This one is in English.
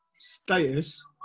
status